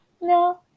No